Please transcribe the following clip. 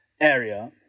Area